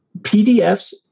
PDFs